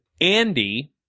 Andy